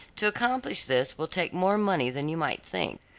to accomplish this will take more money than you might think,